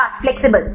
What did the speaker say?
छात्र फ्लेक्सिबल